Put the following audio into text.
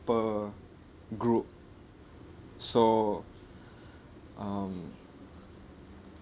per group so um